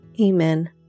Amen